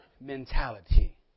mentality